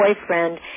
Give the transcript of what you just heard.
boyfriend